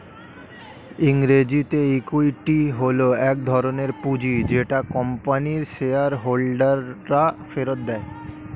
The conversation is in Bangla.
ইংরেজিতে ইক্যুইটি হল এক ধরণের পুঁজি যেটা কোম্পানির শেয়ার হোল্ডাররা ফেরত দেয়